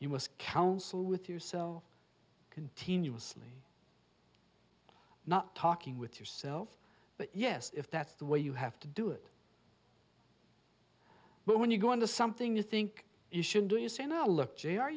was counsel with yourself continuously not talking with yourself but yes if that's the way you have to do it but when you go on to something you think you should do you say no look j